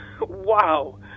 Wow